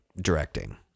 directing